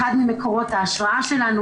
אחד ממקורות ההשראה שלנו,